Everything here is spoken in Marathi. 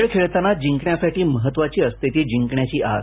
खेळ खेळताना जिंकण्यासाठी महत्वाची असते ती जिंकण्याची आस